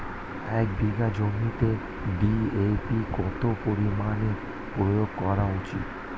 এক বিঘে জমিতে ডি.এ.পি কত পরিমাণ প্রয়োগ করা উচিৎ?